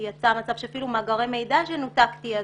יצא מצב שאפילו מאגרי מידע מהם נותקתי,